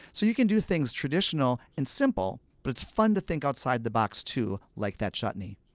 so you can do things traditional and simple, but it's fun to think outside the box, too, like that chutney